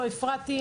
לא הפרעתי,